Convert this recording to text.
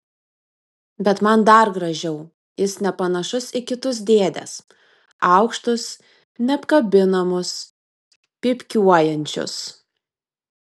bet man dar gražiau jis nepanašus į kitus dėdes aukštus neapkabinamus pypkiuojančius